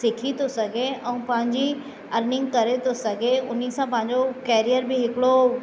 सिखी थो सघे ऐं पंहिंजी अर्निंग करे थो सघे हुन सां पंहिंजो केरियर बि हिकिड़ो